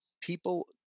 people